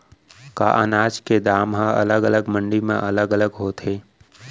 का अनाज के दाम हा अलग अलग मंडी म अलग अलग होथे?